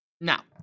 Now